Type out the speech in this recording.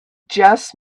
just